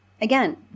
again